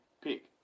pick